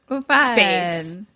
Space